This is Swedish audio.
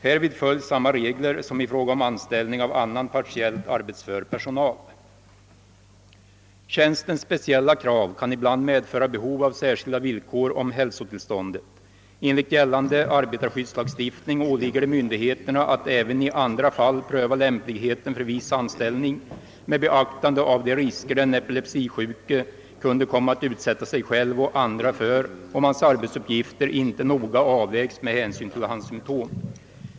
Härvid följs samma regler som i fråga om anställning av annan partiellt arbetsför personal. Tjänstens speciella krav kan ibland medföra behov av särskilda villkor om hälsotillståndet. Enligt gällande arbetarskyddslagstiftning åligger det myndigheterna att även i andra fall pröva lämpligheten för viss anställning med beaktande av de risker den epilepsisjuke kunde komma att utsätta sig själv och andra för om hans arbetsuppgifter inte noga avvägs med hänsyn till hans symtom.